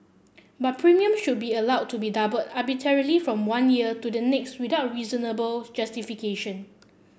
but premium should be allowed to be doubled arbitrarily from one year to the next without reasonable justification